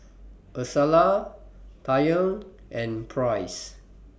Ursula Taryn and Price